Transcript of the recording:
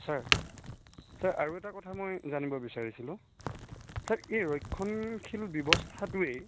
sir sir আৰু এটা কথা মই জানিব বিচাৰিছিলোঁ ছাৰ এই ৰক্ষণশীল ব্যৱস্থাটোৱেই